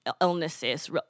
illnesses